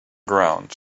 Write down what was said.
ground